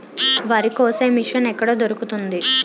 వరి కోసే మిషన్ ఎక్కడ దొరుకుతుంది?